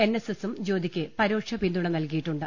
N S എസും ജ്യോതിക്ക് പരോക്ഷപിന്തു ണ നൽകിയിട്ടുണ്ട്